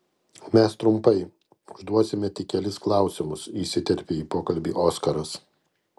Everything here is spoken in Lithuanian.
mes trumpai užduosime tik kelis klausimus įsiterpė į pokalbį oskaras